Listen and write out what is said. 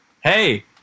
Hey